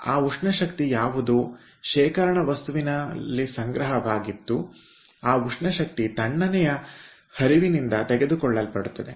ಆದ್ದರಿಂದ ಆ ಉಷ್ಣ ಶಕ್ತಿ ಯಾವುದು ಶೇಖರಣ ವಸ್ತುವಿನಲ್ಲಿ ಸಂಗ್ರಹವಾಗಿತ್ತು ಆ ಉಷ್ಣ ಶಕ್ತಿ ತಣ್ಣನೆಯ ಹರಿವಿನಿಂದ ತೆಗೆದುಕೊಳ್ಳಲ್ಪಡುತ್ತದೆ